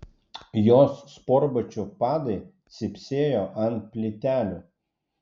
jos sportbačių padai cypsėjo ant plytelių